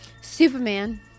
Superman